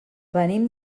venim